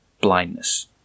blindness